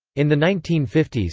in the nineteen fifty s,